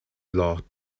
laughed